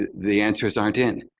the answers aren't in.